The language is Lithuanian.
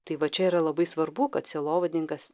tai vat čia yra labai svarbu kad sielovadininkas